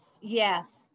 yes